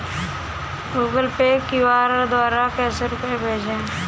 Google pay QR द्वारा कैसे रूपए भेजें?